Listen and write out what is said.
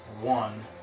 One